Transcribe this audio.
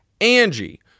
Angie